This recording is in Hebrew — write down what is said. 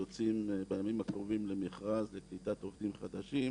בימים הקרובים יוצאים למכרז לקליטת עובדים חדשים,